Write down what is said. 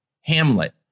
hamlet